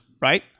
right